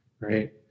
right